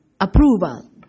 approval